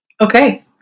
Okay